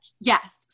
yes